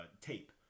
tape